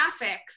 graphics